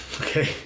Okay